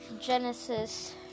Genesis